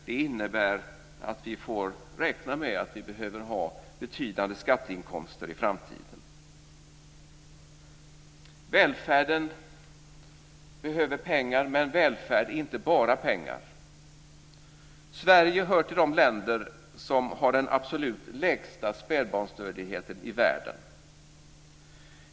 Det innebär att vi får räkna med att vi behöver ha betydande skatteinkomster i framtiden. Välfärden behöver pengar, men välfärd är inte bara pengar. Sverige hör till de länder som har den absolut lägsta spädbarnsdödligheten i världen.